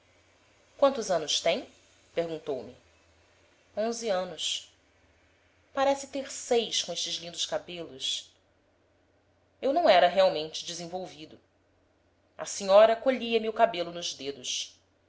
quantos anos tem perguntou-me onze anos parece ter seis com estes lindos cabelos eu não era realmente desenvolvido a senhora colhia me o cabelo nos dedos